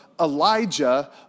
Elijah